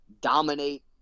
dominate